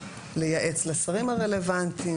ולייעץ לשרים הרלוונטיים.